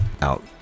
out